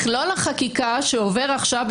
לכן צריך שיהיו עורכי דין